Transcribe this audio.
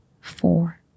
four